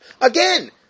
Again